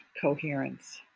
coherence